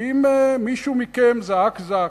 האם מישהו מכם זעק זעקה?